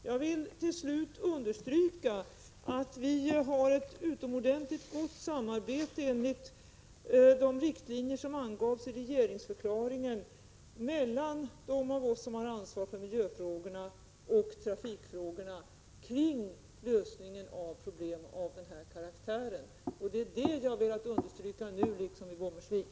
Jag vill till slut understryka att vi har ett utomordentligt gott samarbete enligt de riktlinjer som angavs i regeringsdeklarationen mellan dem av oss som har ansvaret för miljöfrågorna och dem som har ansvar för trafikfrågorna kring lösningen av problem av den här karaktären. Det är det som jag velat understryka nu, liksom på Bommersvik.